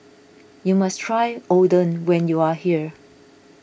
you must try Oden when you are here